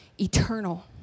eternal